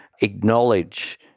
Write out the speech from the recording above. acknowledge